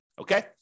okay